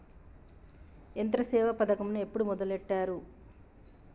యంత్రసేవ పథకమును ఎప్పుడు మొదలెట్టారు?